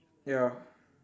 ya